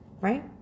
Right